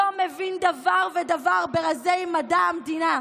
לא מבין דבר ברזי מדע המדינה".